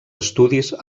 estudis